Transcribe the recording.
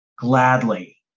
gladly